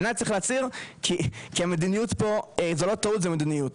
בעיניי צריך להצהיר שזה לא טעות אלא מדיניות.